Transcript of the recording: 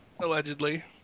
Allegedly